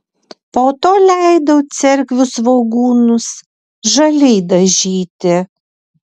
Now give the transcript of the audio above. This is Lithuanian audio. po to leidau cerkvių svogūnus žaliai dažyti